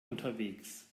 unterwegs